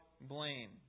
blame